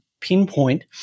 pinpoint